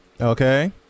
Okay